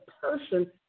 person